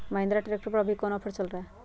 Mahindra tractor पर अभी कोन ऑफर चल रहा है?